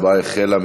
ההצבעה החלה.